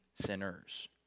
sinners